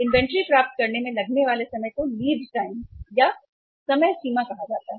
inventory प्राप्त करने में लगने वाले समय को लीड टाइम अथवा समय सीमा कहा जाता है